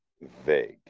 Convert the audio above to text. vague